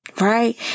right